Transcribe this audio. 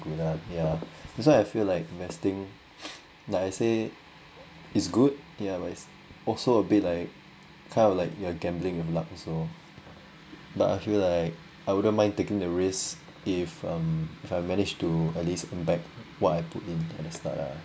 good lah ya that's why I feel like investing like I say is good ya but is also a bit like kind of like you are gambling your luck also but I feel like I wouldn't mind taking the risk if um if I manage to at least earn back what I put in at the start ah